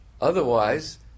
Otherwise